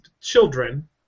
children